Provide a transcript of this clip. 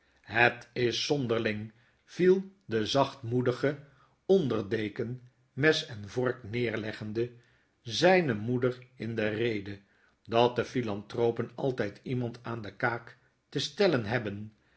het is zonderling viel de zachtmoedige onder deken mes en vork neerleggende zpe moeder in de rede dat die philanthropen altyd iemand aan de kaak te stellen hebben